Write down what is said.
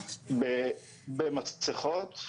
במסכות?